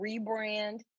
rebrand